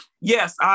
Yes